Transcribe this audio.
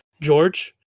George